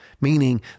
meaning